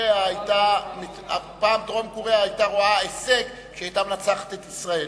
דרום-קוריאה היתה רואה הישג כשהיא היתה מנצחת את ישראל.